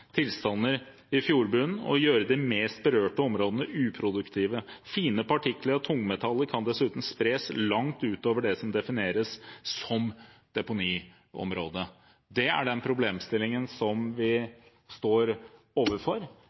tilstander i fjordbunnen» og gjøre de mest berørte områdene uproduktive. Fine partikler av tungmetaller kan dessuten spres langt utover det som defineres som deponiområdet. Det er den problemstillingen som vi står overfor,